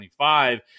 25